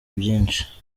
byinshi